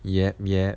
yup yup